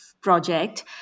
project